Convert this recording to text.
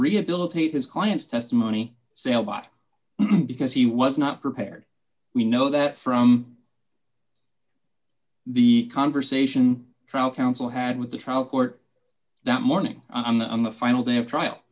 rehabilitate his client's testimony sale bought because he was not prepared we know that from the conversation trial counsel had with the trial court that morning on the on the final day of trial